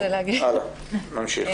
נמשיך.